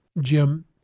Jim